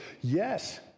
Yes